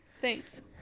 Thanks